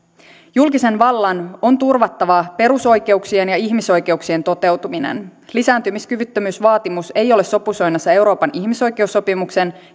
julkisen vallan on turvattava perusoikeuksien ja ihmisoikeuksien toteutuminen lisääntymiskyvyttömyysvaatimus ei ole sopusoinnussa euroopan ihmisoikeussopimuksen